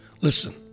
Listen